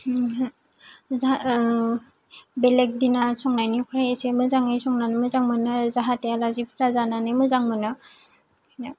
बेलेग दिना संनायनिफ्राय एसे मोजाङै संनानै मोजां मोनो जाहाथे आलासिफोरा जानानै मोजां मोनो बेनो